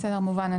בסדר, מובן.